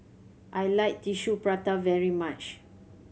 I like Tissue Prata very much